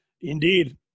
Indeed